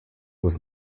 was